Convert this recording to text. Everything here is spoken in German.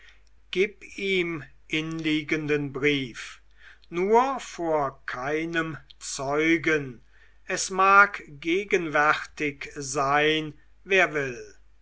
gib ihm inliegenden brief nur vor keinem zeugen es mag gegenwärtig sein wer will